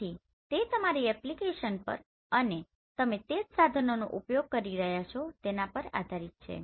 તેથી તે તમારી એપ્લિકેશન પર અને તમે જે સાધનનો ઉપયોગ કરી રહ્યાં છો તેના પર આધારિત છે